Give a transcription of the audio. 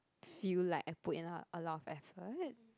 feel like I put in a lot a lot of effort